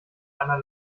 einer